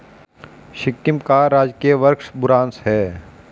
सिक्किम का राजकीय वृक्ष बुरांश है